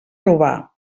robar